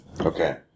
Okay